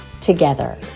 together